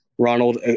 Ronald